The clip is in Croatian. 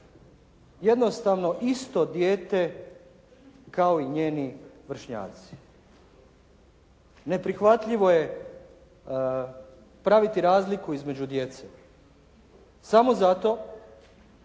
Jednostavno isto dijete kao i njeni vršnjaci. Neprihvatljivo je praviti razliku između djece samo zato